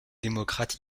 démocrate